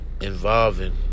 involving